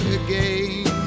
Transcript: again